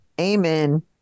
Amen